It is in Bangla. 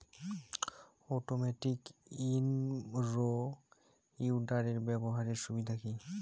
অটোমেটিক ইন রো উইডারের ব্যবহারের সুবিধা কি?